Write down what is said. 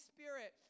Spirit